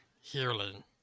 healing